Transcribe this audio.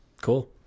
cool